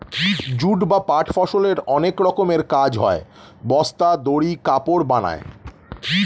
jute বা পাট ফসলের অনেক রকমের কাজ হয়, বস্তা, দড়ি, কাপড় বানায়